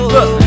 Look